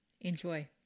enjoy